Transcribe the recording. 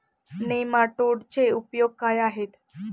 नेमाटोडचे उपयोग काय आहेत?